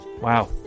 Wow